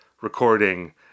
recording